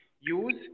use